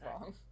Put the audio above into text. wrong